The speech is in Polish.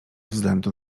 względu